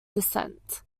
descent